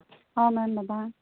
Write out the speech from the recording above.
ہاں میم بتائیں